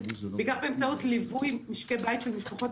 בעיקר באמצעות ליווי משקי בית של משפחות